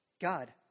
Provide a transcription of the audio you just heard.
God